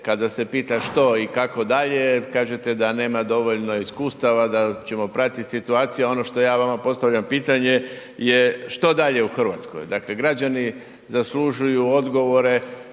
kada se pita što i kako dalje, kažete da nema dovoljno iskustava, da ćemo pratiti situaciju, a ono što ja vama postavljam pitanje je što dalje u Hrvatskoj? Dakle, građani zaslužuju odgovore